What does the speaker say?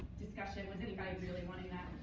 discussion. was anybody really wanting that?